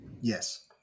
Yes